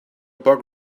bug